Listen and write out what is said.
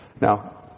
Now